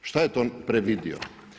Šta je to previdio?